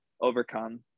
overcome